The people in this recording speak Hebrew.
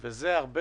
בשעתו.